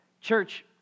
Church